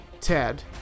Ted